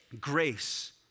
grace